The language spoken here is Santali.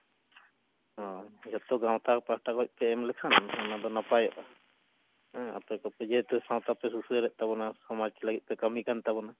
ᱚ ᱡᱚᱛᱚ ᱜᱟᱶᱛᱟ ᱯᱟᱦᱴᱟ ᱥᱮᱫ ᱠᱷᱚᱱ ᱯᱮ ᱮᱢ ᱞᱮᱠᱷᱟᱱ ᱚᱱᱟ ᱫᱚ ᱱᱟᱯᱟᱭᱚᱜᱼᱟ ᱦᱮᱸ ᱟᱯᱮ ᱠᱚ ᱯᱮ ᱡᱮᱦᱮᱛᱩ ᱥᱟᱶᱛᱟ ᱯᱮ ᱥᱩᱥᱟᱹᱨᱮᱫ ᱛᱟᱵᱚᱱᱟ ᱥᱚᱢᱟᱡᱽ ᱞᱟᱹᱜᱤᱫ ᱯᱮ ᱠᱟᱹᱢᱤ ᱠᱟᱱ ᱛᱟᱵᱚᱱᱟ